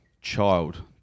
child